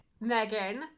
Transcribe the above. Megan